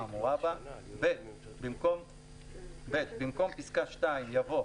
האמורה בה"; במקום פסקה (2) יבוא: